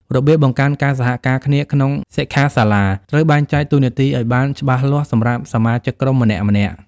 របៀបបង្កើនការសហការគ្នាក្នុងសិក្ខាសាលាត្រូវបែងចែកតួនាទីឲ្យបានច្បាស់លាស់សម្រាប់សមាជិកក្រុមម្នាក់ៗ។